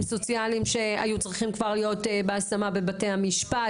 סוציאלים שהיו כבר צריכים להיות בהשמה בבתי המשפט.